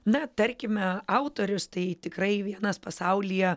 na tarkime autorius tai tikrai vienas pasaulyje